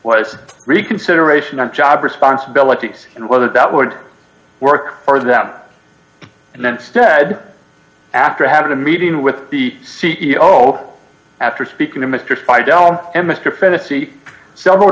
was reconsideration on job responsibilities and whether that would work for them and then said after having a meeting with the c e o after speaking to mr sydell and mr fantasy several